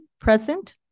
Present